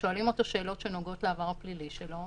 שכששואלים אותו שאלות שנוגעות לעבר הפלילי שלו,